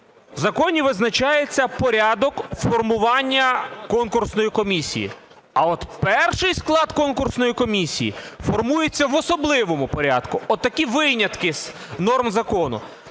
в законі визначається порядок формування конкурсної комісії, а от перший склад конкурсної комісії формується в особливому порядку. Отакі винятки норм закону.